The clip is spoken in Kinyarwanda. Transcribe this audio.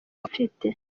mfite